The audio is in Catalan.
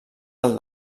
del